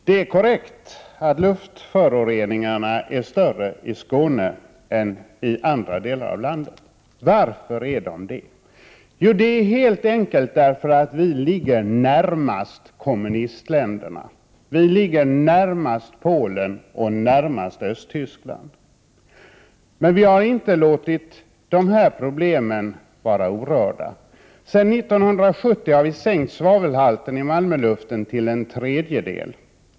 Herr talman! Det är korrekt att luftföroreningarna är större i Skåne än i andra delar av landet. Varför är de det? Det är helt enkelt därför att Skåne ligger närmast kommunistländerna, närmast Polen och närmast Östtyskland. Men vi har inte låtit dessa problem förbli orörda. Sedan 1970 har vi sänkt svavelhalten i Malmöluften till en tredjedel.